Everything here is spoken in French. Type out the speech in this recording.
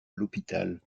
l’hôpital